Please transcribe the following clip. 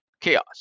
chaos